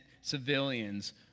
civilians